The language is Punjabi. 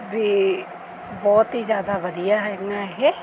ਵੀ ਬਹੁਤ ਹੀ ਜ਼ਿਆਦਾ ਵਧੀਆ ਹੈਗੀਆਂ ਇਹ